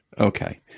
okay